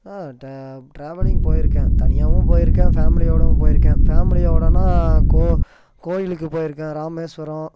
ஆ travelling போய்ருக்கேன் தனியாகவும் போய்ருக்கேன் ஃபேமிலியோடவும் போய்ருக்கேன் ஃபேமிலியோடுனா கோவிலுக்கு போய்ருக்கேன் ராமேஸ்வரம்